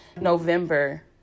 November